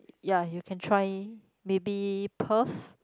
ya you can try maybe Perth